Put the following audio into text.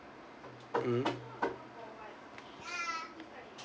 mmhmm